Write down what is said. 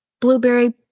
blueberry